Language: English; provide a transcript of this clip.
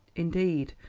indeed,